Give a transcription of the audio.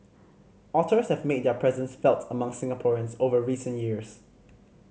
otters have made their presence felt among Singaporeans over recent years